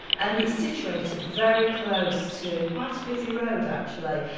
and it's situated very close to quite a busy road actually,